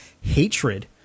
hatred